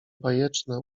bajeczne